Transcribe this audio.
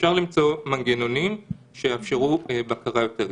אפשר למצוא מנגנונים שיאפשרו בקרה יותר גדולה.